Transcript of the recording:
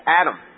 Adam